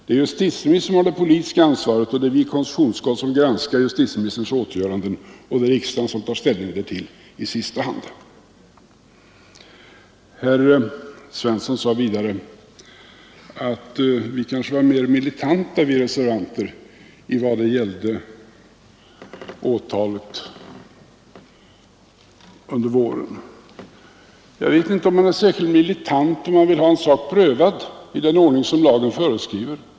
Det är som sagt justitieministern som har det politiska ansvaret, och det är konstitutionsutskottet som granskar justitieministerns åtgöranden samt riksdagen som tar ställning till ärendet i sista hand. Vidare sade herr Svensson att vi reservanter kanske var mer militanta när det gällde åtal under våren. Jag vet nu inte om man är särskilt militant om man vill ha en sak prövad i den ordning som lagen föreskriver.